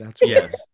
yes